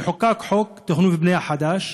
וחוקק חוק תכנון ובנייה חדש